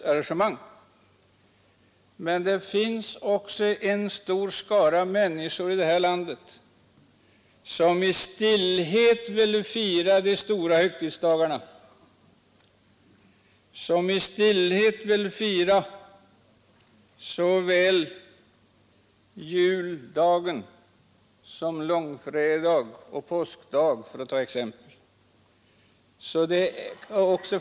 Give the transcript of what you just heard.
Det finns emellertid i det här landet också en stor skara människor som i stillhet vill fira de stora högtidsdagarna — såväl juldagen som långfredagen och påskdagen, för att ta några exempel.